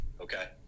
okay